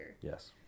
Yes